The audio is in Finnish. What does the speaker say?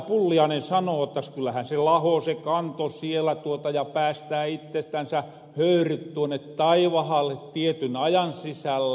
pulliainen sano kyllähä se kanto lahoo sielä ja päästää ittestänsä höyryt tuonne taivahalle tietyn ajan sisällä